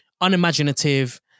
unimaginative